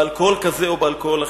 באלכוהול כזה או באלכוהול אחר.